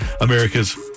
America's